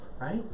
Right